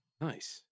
Nice